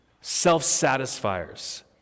self-satisfiers